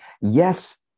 Yes